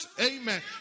amen